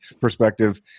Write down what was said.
Perspective